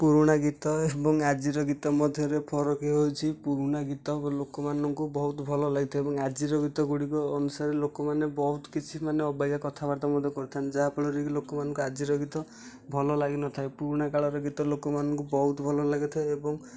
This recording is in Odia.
ପୁରୁଣା ଗୀତ ଏବଂ ଆଜିର ଗୀତ ମଧ୍ୟରେ ଫରକ୍ ହେଉଛି ପୁରୁଣା ଗୀତ ଲୋକମାନଙ୍କୁ ବହୁତ୍ ଭଲ ଲାଗିଥାଏ ଏବଂ ଆଜିର ଗୀତ ଗୁଡ଼ିକ ଅନୁସାରେ ଲୋକମାନେ ବହୁତ୍ କିଛି ମାନେ ଅବାଗିଆ କଥାବାର୍ତ୍ତା ମଧ୍ୟ କରିଥାନ୍ତି ଯାହାଫଳରେକି ଲୋକମାନଙ୍କୁ ଆଜିର ଗୀତ ଭଲ ଲାଗିନଥାଏ ପୁରୁଣା କାଳର ଗୀତ ଲୋକମାନଙ୍କୁ ବହୁତ୍ ଭଲ ଲାଗିଥାଏ ଏବଂ